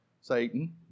Satan